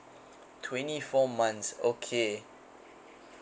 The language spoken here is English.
twenty four months okay